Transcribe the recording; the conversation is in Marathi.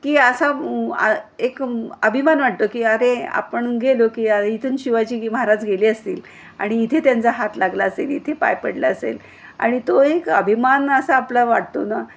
की असा आ एक अभिमान वाटतो की अरे आपण गेलो की अरे इथून शिवाजी महाराज गेले असतील आणि इथे त्यांचा हात लागला असेल इथे पाय पडला असेल आणि तो एक अभिमान असा आपला वाटतो ना